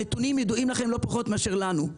הנתונים ידועים לכם לא פחות מאשר לנו.